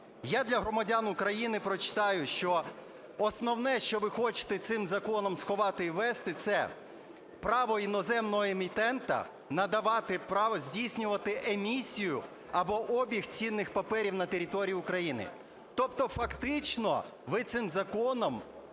Я для громадян України прочитаю, що основне, що ви хочете цим законом сховати і ввести, це право іноземного емітента надавати право... здійснювати емісію або обіг цінних паперів на території України. Тобто, фактично, ви цим законом